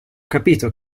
capito